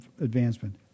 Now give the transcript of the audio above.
advancement